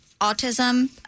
autism